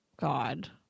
God